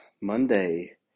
Monday